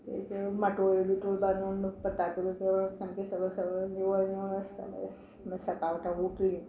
ते माटोळे बिटोळे बांदून पताके बीन सामके सगळे निवळ निवळ आसता आवयस सकाळीं फुडें उटली